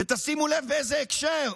שימו לב באיזה הקשר: